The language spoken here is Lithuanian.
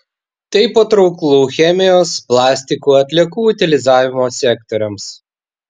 tai patrauklu chemijos plastikų atliekų utilizavimo sektoriams